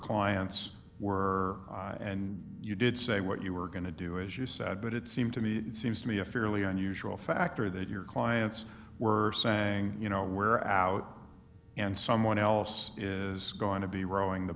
clients were and you did say what you were going to do as you said but it seemed to me it seems to be a fairly unusual factor that your clients were saying you know where out and someone else is going to be rowing the